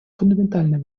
фундаментальные